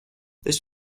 this